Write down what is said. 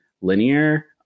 linear